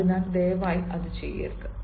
അതിനാൽ ദയവായി അത് ചെയ്യരുത്